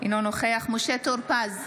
אינו נוכח משה טור פז,